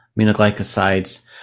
aminoglycosides